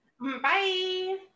Bye